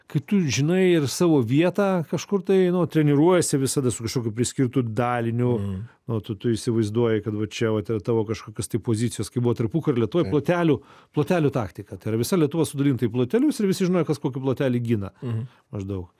kai tu žinai ir savo vietą kažkur tai nu treniruojiesi visada su kažkokiu priskirtu daliniu o tu tu įsivaizduoji kad va čia vat yra tavo kažkokios tai pozicijos kai buvo tarpukario lietuvoj plotelių plotelių taktika tai yra visa lietuva sudalinta į platelius ir visi žinojo kas kokį plotelį gina maždaug